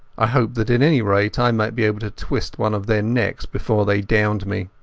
i hoped that at any rate i might be able to twist one of their necks before they downed me.